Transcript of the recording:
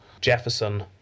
Jefferson